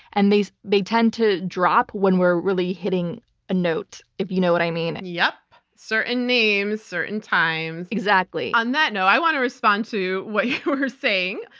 and they they tend to drop when we're really hitting a note, if you know what i mean. and yep, certain names, certain times. exactly. on that note, i want to respond to what you were saying.